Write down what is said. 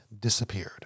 disappeared